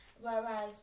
Whereas